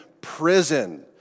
prison